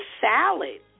salad